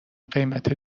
قیمت